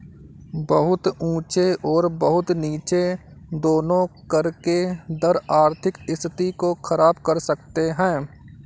बहुत ऊँचे और बहुत नीचे दोनों कर के दर आर्थिक स्थिति को ख़राब कर सकते हैं